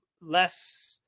less